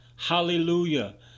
Hallelujah